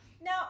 now